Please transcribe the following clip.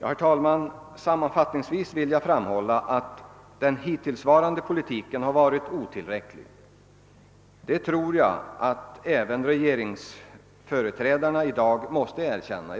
Herr talman! Sammanfattningsvis vill jag framhålla att den hittillsvarande politiken har varit otillräcklig. Det tror jag även regeringens företrädare i dag måste erkänna.